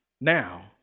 now